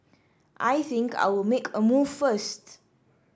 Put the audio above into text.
I think I'll make a move first